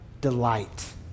delight